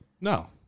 no